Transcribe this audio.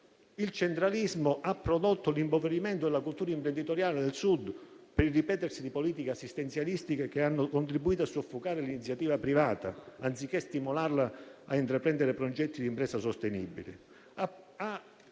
Il centralismo ha prodotto l'impoverimento della cultura imprenditoriale del Sud, per il ripetersi di politiche assistenzialistiche che hanno contribuito a soffocare l'iniziativa privata, anziché stimolarla a intraprendere progetti d'impresa sostenibili.